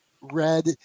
red